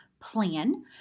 plan